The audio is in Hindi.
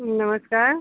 नमस्कार